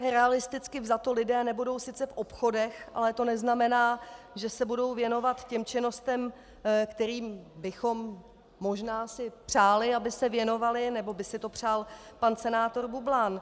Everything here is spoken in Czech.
Realisticky vzato lidé nebudou sice v obchodech, ale to neznamená, že se budou věnovat těm činnostem, kterým bychom si možná přáli, aby se věnovali, nebo by si to přál pan senátor Bublan.